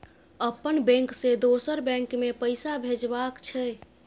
अपन बैंक से दोसर बैंक मे पैसा भेजबाक छै?